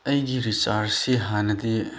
ꯑꯩꯒꯤ ꯔꯤꯆꯥꯔꯖꯁꯤ ꯍꯥꯟꯅꯗꯤ